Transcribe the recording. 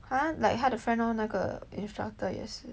!huh! like 他的 friend lor 那个 instructor 也是